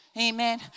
Amen